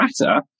matter